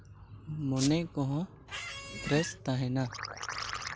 ᱢᱚᱱᱮ ᱠᱚᱦᱚᱸ ᱯᱷᱨᱮᱥ ᱛᱟᱦᱮᱱᱟ